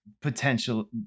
potential